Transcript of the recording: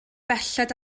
belled